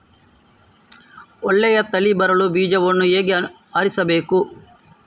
ಒಳ್ಳೆಯ ತಳಿ ಬರಲು ಬೀಜವನ್ನು ಹೇಗೆ ಆರಿಸಬೇಕು?